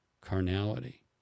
carnality